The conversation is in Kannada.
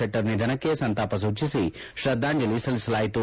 ಶೆಟ್ಟರ್ ನಿಧನಕ್ಕೆ ಸಂತಾಪ ಸೂಚಿಸಿ ಶ್ರದ್ಧಾಂಜಲಿ ಸಲ್ಲಿಸಲಾಯಿತು